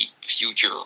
future